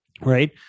right